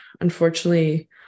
unfortunately